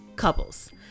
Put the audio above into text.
Couples